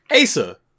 Asa